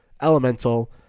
Elemental